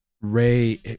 Ray